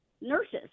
nurses